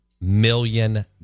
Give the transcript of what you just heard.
million